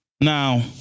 now